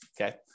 okay